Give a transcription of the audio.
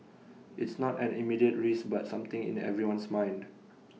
it's not an immediate risk but something in everyone's mind